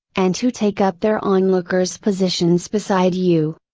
and who take up their onlookers positions beside you.